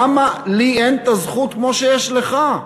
למה לי אין הזכות כמו שיש לך?